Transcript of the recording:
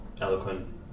eloquent